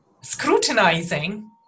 scrutinizing